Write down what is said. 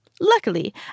Luckily